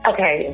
Okay